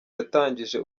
yatangije